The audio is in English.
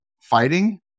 fighting